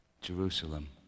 Jerusalem